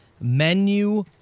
Menu